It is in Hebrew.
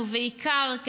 ובעיקר,